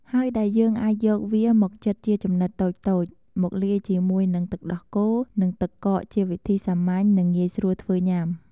ហើយដែលយើងអាចយកវាមកចិតជាចំណិតតូចៗ មកលាយជាមួយនឹងទឹកដោះគោ និងទឹកកកជាវិធីសាមញ្ញ និងងាយស្រួលធ្វើញុាំ។